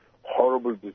horrible